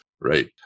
Right